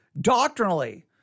doctrinally